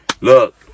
Look